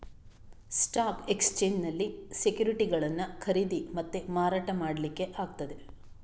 stock ಎಕ್ಸ್ಚೇಂಜಿನಲ್ಲಿ ಸೆಕ್ಯುರಿಟಿಗಳನ್ನ ಖರೀದಿ ಮತ್ತೆ ಮಾರಾಟ ಮಾಡ್ಲಿಕ್ಕೆ ಆಗ್ತದೆ